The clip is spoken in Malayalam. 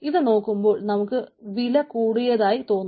ഇത് നോക്കുമ്പോൾ നമുക്ക് വില കൂടിയതാണെന്ന് തോന്നും